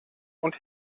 und